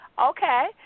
Okay